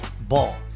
Ball